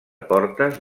portes